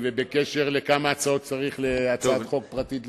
ובקשר לשאלה כמה הצעות צריך להצעת חוק פרטית לחקיקה,